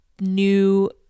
new